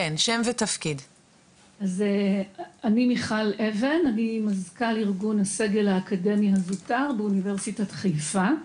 אני מזכ"ל ארגון הסגל האקדמי הזוטר באוניברסיטת חיפה.